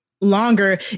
longer